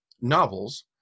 novels